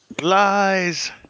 Lies